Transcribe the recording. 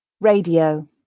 Radio